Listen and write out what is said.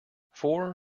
four